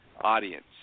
audience